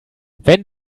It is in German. wenn